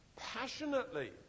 passionately